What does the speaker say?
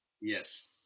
Yes